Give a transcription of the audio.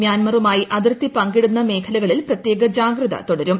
മ്യാൻമറുമായി അതിർത്തി പങ്കിടുന്ന മേഖലകളിൽ പ്രത്യേക ജാഗ്രത തുടരും